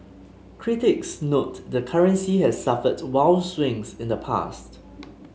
critics note the currency has suffered wild swings in the past